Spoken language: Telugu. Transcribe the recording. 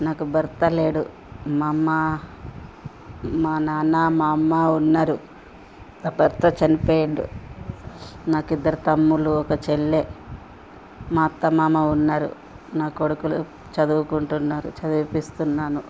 నాకు భర్త లేడు మా అమ్మ మా నాన్న మా అమ్మ ఉన్నారు నా భర్త చనిపోయిండు నాకు ఇద్దరు తమ్ముళ్ళు ఒక చెల్లి మా అత్త మామ ఉన్నారు నా కొడుకులు చదువుకుంటున్నారు చదివిస్తున్నాను